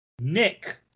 Nick